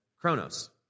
chronos